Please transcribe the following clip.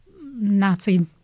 Nazi